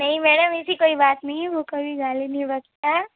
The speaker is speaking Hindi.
नहीं मैडम ऐसी कोई बात नहीं है वो कभी गाली नहीं बकता है